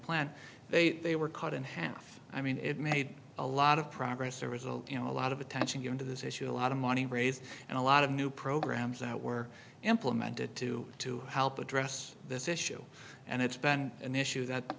plan they they were cut in half i mean it made a lot of progress a result you know a lot of attention given to this issue a lot of money raised and a lot of new programs that were implemented to to help address this issue and it's been an issue that